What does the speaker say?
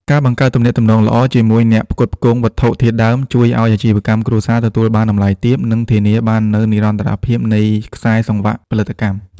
ការបង្កើតទំនាក់ទំនងល្អជាមួយអ្នកផ្គត់ផ្គង់វត្ថុធាតុដើម ជួយឱ្យអាជីវកម្មគ្រួសារទទួលបានតម្លៃទាប និងធានាបាននូវនិរន្តរភាពនៃខ្សែសង្វាក់ផលិតកម្ម។